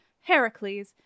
Heracles